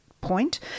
point